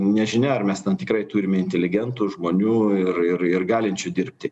nežinia ar mes tikrai turime inteligentų žmonių ir ir ir galinčių dirbti